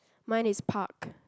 mine is park